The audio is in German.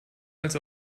als